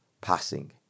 passing